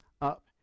up